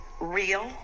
real